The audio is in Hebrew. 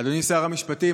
אדוני שר המשפטים,